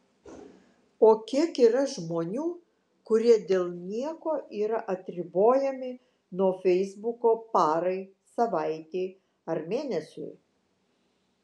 o kiek yra žmonių kurie dėl nieko yra atribojami nuo feisbuko parai savaitei ar mėnesiui